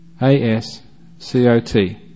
A-S-C-O-T